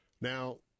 Now